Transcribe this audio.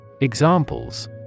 Examples